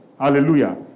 Hallelujah